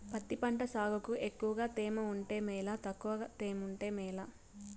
పత్తి పంట సాగుకు ఎక్కువగా తేమ ఉంటే మేలా తక్కువ తేమ ఉంటే మేలా?